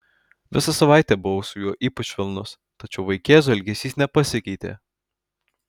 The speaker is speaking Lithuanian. visą savaitę buvau su juo ypač švelnus tačiau vaikėzo elgesys nepasikeitė